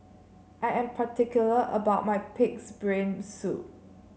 I am particular about my pig's brain soup